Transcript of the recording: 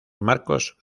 marcos